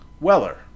weller